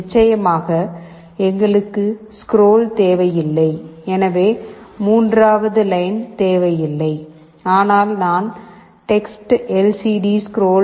நிச்சயமாக எங்களுக்கு ஸ்க்ரோல் தேவையில்லை எனவே மூன்றாவது லைன் தேவையில்லை ஆனால் நான் டெக்ஸ்ட்எல்சிடிஸ்க்ரோல்